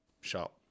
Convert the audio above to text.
sharp